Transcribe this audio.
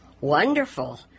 Wonderful